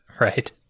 right